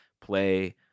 play